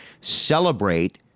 celebrate